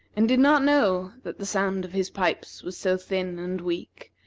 and did not know that the sound of his pipes was so thin and weak,